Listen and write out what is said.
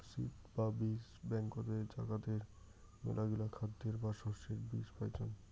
seed বা বীজ ব্যাংকতে জাগাতের মেলাগিলা খাদ্যের বা শস্যের বীজ পাইচুঙ